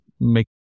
make